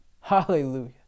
Hallelujah